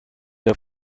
der